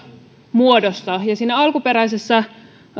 muodossa siinä alkuperäisessä